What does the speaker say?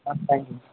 ஆ thank யூங்க sir